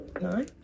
nine